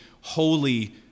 holy